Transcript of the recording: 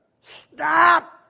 Stop